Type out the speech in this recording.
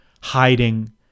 hiding